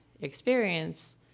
experience